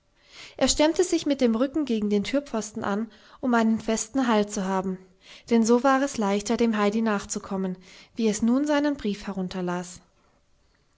er stemmte sich mit dem rücken gegen den türpfosten an um einen festen halt zu haben denn so war es leichter dem heidi nachzukommen wie es nun seinen brief